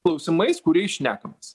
klausimais kuriais šnekamės